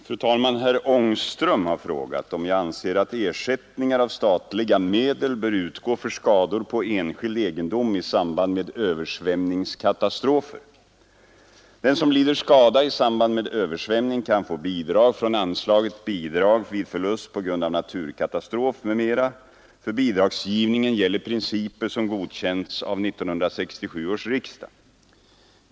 Fru talman! Herr Ångström har frågat, om jag anser att ersättningar av statliga medel bör utgå för skador på enskild egendom i samband med översvämningskatastrofer. Den som lider skada i samband med översvämning kan få bidrag från anslaget Bidrag vid förlust på grund av naturkatastrof m.m. För bidragsgivningen gäller principer som godkänts av 1967 års riksdag.